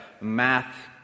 math